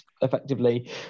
effectively